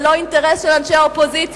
זה לא אינטרס של אנשי האופוזיציה,